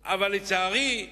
לצערי,